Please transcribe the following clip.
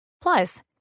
Plus